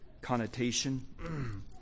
connotation